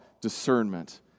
discernment